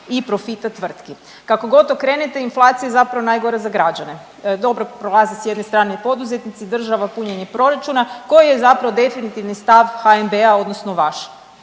i profita tvrtki. Kakogod okrenete inflacija je zapravo najgora za građane, dobro prolaze s jedne strane poduzetnici, država, punjenje proračuna. Koji je zapravo definitivni stav HNB-a odnosno vaš?